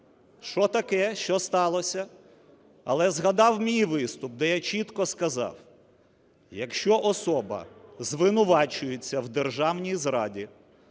Що таке? Що сталося? Але згадав мій виступ, де я чітко сказав: якщо особа звинувачується в державній зраді